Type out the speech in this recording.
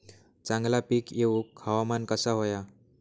चांगला पीक येऊक हवामान कसा होया?